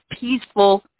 peaceful